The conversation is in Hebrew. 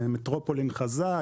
זה מטרופולין חזק,